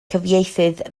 cyfieithydd